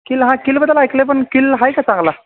किल हा किलबद्दल ऐकलं आहे पण किल आहे का चांगला